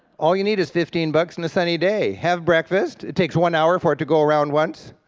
all you need is fifteen bucks and a sunny day. have breakfast, it takes one hour for it to go around once,